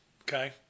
Okay